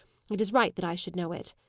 it is right that i should know it.